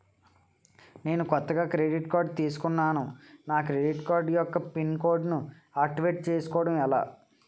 నేను కొత్తగా credit card తిస్కున్నా నా కార్డ్ యెక్క పిన్ కోడ్ ను ఆక్టివేట్ చేసుకోవటం ఎలా?